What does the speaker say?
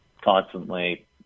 constantly